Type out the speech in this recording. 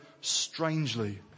strangely